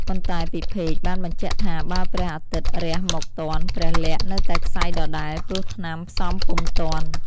ប៉ុន្តែពិភេកបានបញ្ជាក់ថា បើព្រះអាទិត្យរះមកទាន់ ព្រះលក្សណ៍នៅតែក្ស័យដដែល ព្រោះថ្នាំផ្សំពុំទាន់។